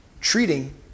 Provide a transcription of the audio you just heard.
treating